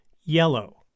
yellow